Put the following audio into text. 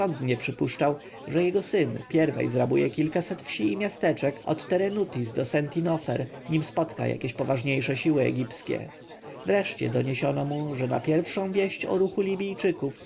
przypuszczał że jego syn pierwej zrabuje kilkaset wsi i miasteczek od terenuthis do senti-nofer nim spotka jakieś poważniejsze siły egipskie wreszcie doniesiono mu że na pierwszą wieść o ruchu libijczyków